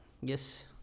yes